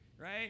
right